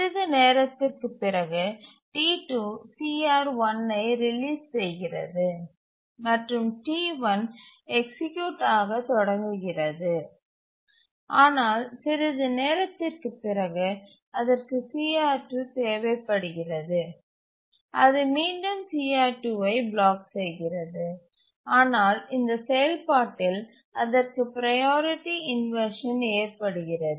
சிறிது நேரத்திற்குப் பிறகு T2 CR1ஐ ரிலீஸ் செய்கிறது மற்றும் T1 எக்சீக்யூட் ஆக தொடங்குகிறது ஆனால் சிறிது நேரத்திற்குப் பிறகு அதற்கு CR2 தேவைப்படுகிறது அது மீண்டும் CR2ஐ பிளாக் செய்கிறது ஆனால் இந்த செயல்பாட்டில் அதற்கு ப்ரையாரிட்டி இன்வர்ஷன் ஏற்படுகிறது